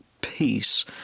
peace